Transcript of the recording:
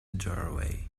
doorway